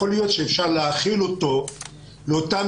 יכול להיות שאפשר להחיל אותו על אותם